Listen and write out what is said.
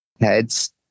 heads